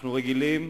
אנחנו רגילים